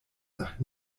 nach